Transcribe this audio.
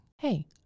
Hey